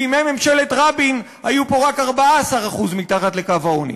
בימי ממשלת רבין היו פה רק 14% מתחת לקו העוני.